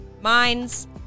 mines